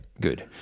good